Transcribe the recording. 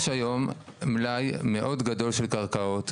יש היום מלאי מאוד גדול של קרקעות,